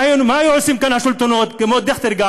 מה היו עושים כאן השלטונות, וגם דיכטר?